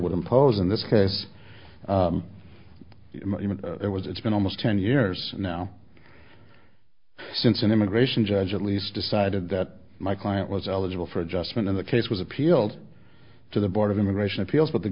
would impose in this case it was it's been almost ten years now since an immigration judge at least decided that my client was eligible for adjustment in the case was appealed to the board of immigration appeals